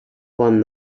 won